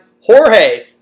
Jorge